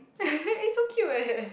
eh so cute eh